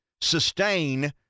sustain